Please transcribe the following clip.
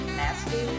nasty